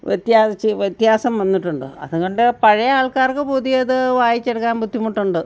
വ്യത്യാസം വ്യത്യാസം വന്നിട്ടുണ്ട് അതുകൊണ്ട് പഴയ ആൾക്കാർക്ക് പുതിയത് വായിച്ചെടുക്കാൻ ബുദ്ധിമുട്ടുണ്ട്